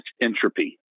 entropy